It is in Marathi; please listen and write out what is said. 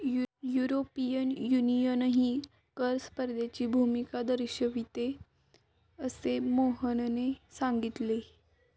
युरोपियन युनियनही कर स्पर्धेची भूमिका दर्शविते, असे मोहनने सांगितले